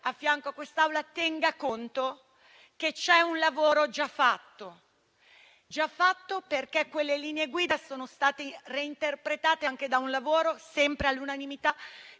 a fianco all'Aula, tenga conto che c'è un lavoro già fatto, perché quelle linee guida sono state reinterpretate da un lavoro, sempre all'unanimità,